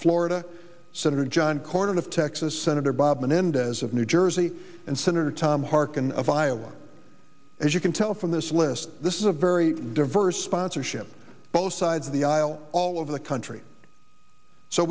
florida senator john cornyn of texas senator bob menendez of new jersey and senator tom harkin of iowa as you can tell from this list this is a very diverse sponsorship both sides of the aisle all over the country so